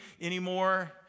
anymore